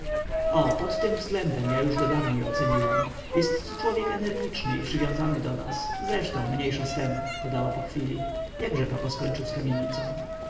o pod tym względem ja go już dawniej oceniłam jestto człowiek energiczny i przywiązany do nas zresztą mniejsza z tem dodała po chwili jakże papo skończył z kamienicą